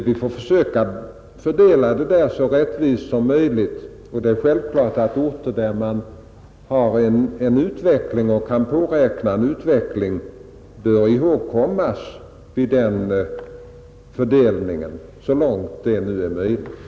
Vi får försöka göra fördelningen så rättvis som möjligt, och det är självklart att orter där man har och kan påräkna en utveckling bör ihågkommas så långt det är möjligt vid den fördelningen.